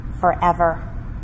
forever